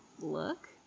look